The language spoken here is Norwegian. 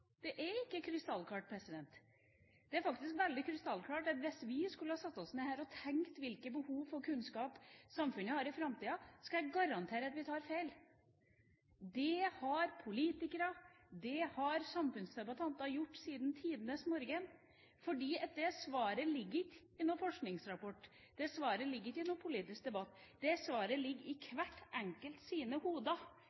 det er ikke krystallklart. Det er faktisk veldig krystallklart at hvis vi skulle ha satt oss ned her og tenkt hvilke behov for kunnskap samfunnet har i framtida, kan jeg garantere at vi tar feil. Det har politikere, det har samfunnsdebattanter gjort siden tidenes morgen, for det svaret ligger ikke i noen forskningsrapport, det svaret ligger ikke i noen politisk debatt. Det svaret ligger i